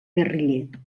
guerriller